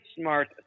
smart